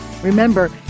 Remember